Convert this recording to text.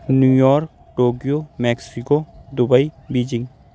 New York Tokyo Mexico Dubai Beijing